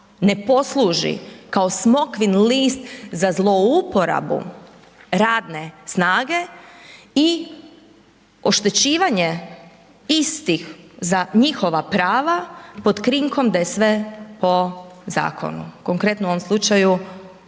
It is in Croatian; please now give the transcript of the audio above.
ne posluži kao smokvin list za zlouporabu radne snage i oštećivanje istih za njihova prava pod krinkom da je sve po zakonu, konkretno u ovom slučaju